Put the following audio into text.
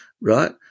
right